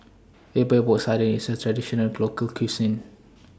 Epok Epok Sardin IS A Traditional Local Cuisine